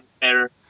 better